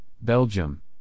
Belgium